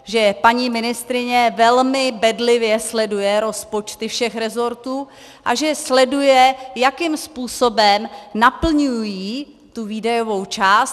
Že paní ministryně velmi bedlivě sleduje rozpočty všech resortů a že sleduje, jakým způsobem naplňují tu výdajovou část.